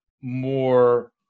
more